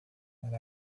and